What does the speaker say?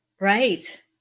Right